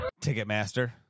Ticketmaster